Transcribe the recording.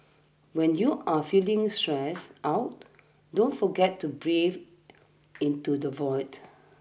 when you are feeling stressed out don't forget to breathe into the void